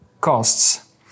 costs